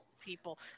people